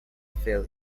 fell